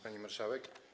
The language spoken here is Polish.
Pani Marszałek!